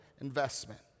investment